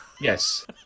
Yes